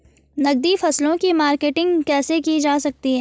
नकदी फसलों की मार्केटिंग कैसे की जा सकती है?